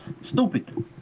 Stupid